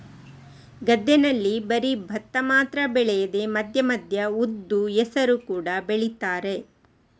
ಗದ್ದೆನಲ್ಲಿ ಬರೀ ಭತ್ತ ಮಾತ್ರ ಬೆಳೆಯದೆ ಮಧ್ಯ ಮಧ್ಯ ಉದ್ದು, ಹೆಸರು ಕೂಡಾ ಬೆಳೀತಾರೆ